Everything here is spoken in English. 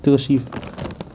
这个 shift